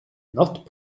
not